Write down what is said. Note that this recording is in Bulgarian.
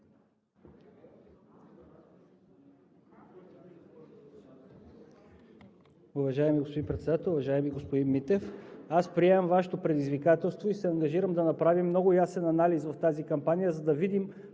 Уважаеми господин Председател, уважаеми господин Митев. Приемам Вашето предизвикателство и се ангажирам да направим много ясен анализ в тази кампания, за да видим